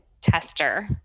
tester